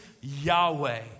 Yahweh